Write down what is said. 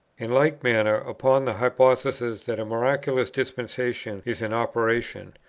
in like manner, upon the hypothesis that a miraculous dispensation is in operation,